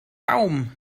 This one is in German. baum